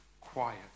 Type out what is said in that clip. quiet